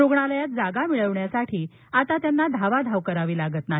रुग्णालयात जागा मिळवण्यासाठी आता त्यांना धावाधाव करावी लागणार नाही